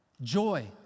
joy